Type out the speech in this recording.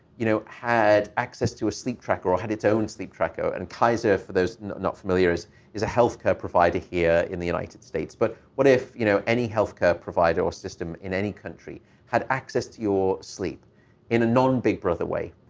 you know, had access to a sleep tracker or had its own sleep tracker. and kaiser, for those not familiar, is is a health care provider here in the united states. but what if, you know, any healthcare provider or system in any country had access to your sleep in a non-big-brother way.